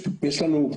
של לידה זרה.